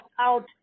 out